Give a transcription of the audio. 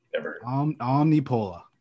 Omnipola